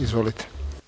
Izvolite.